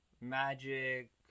magic